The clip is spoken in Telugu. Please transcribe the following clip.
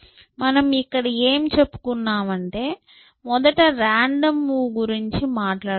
మనం ఇక్కడ ఏమి చెప్పుకున్నామంటే మొదట రాండమ్ మూవ్ గురించి మాట్లాడుకున్నాం